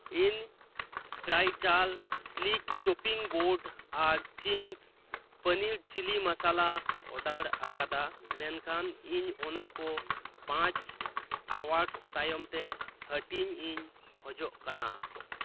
ᱤᱧ ᱥᱠᱨᱟᱭᱴᱟᱞ sleek chopping board ᱟᱨ Ching's paneer chilli masala order ᱟᱠᱟᱫᱟ ᱢᱮᱱᱠᱷᱟᱱ ᱤᱧ ᱚᱱᱟ ᱠᱚ ᱢᱚᱲᱮ ᱟᱣᱟᱨᱥ ᱛᱟᱭᱚᱢᱛᱮ ᱦᱟᱹᱴᱤᱧ ᱤᱧ ᱠᱷᱚᱡᱚᱜ ᱠᱟᱱᱟ